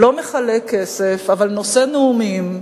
לא מחלק כסף, אבל נושא נאומים,